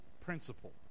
principle